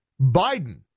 Biden